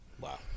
Wow